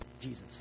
Jesus